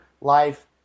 Life